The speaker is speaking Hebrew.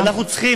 ואנחנו צריכים,